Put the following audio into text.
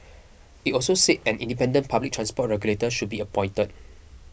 it also said that an independent public transport regulator should be appointed